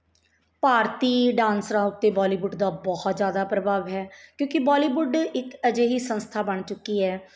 ਭਾਰਤੀ ਡਾਸਰਾਂ ਉੱਤੇ ਬੋਲੀਵੁੱਡ ਦਾ ਬਹੁਤ ਜ਼ਿਆਦਾ ਪ੍ਰਭਾਵ ਹੈ ਕਿਉਂਕਿ ਬੋਲੀਵੁੱਡ ਇੱਕ ਅਜਿਹੀ ਸੰਸਥਾ ਬਣ ਚੁੱਕੀ ਹੈ